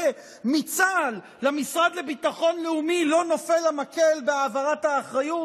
מצה"ל למשרד לביטחון לאומי לא נופל המקל בהעברת האחריות?